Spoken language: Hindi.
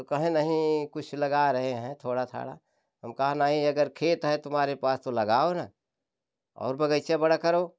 तो कहें नहीं कुछ लगा रहे हैं थोड़ा थाड़ा हम कहा नहीं अगर खेत है तुम्हारे पास तो लगाओ ना और बगीचा बड़ा करो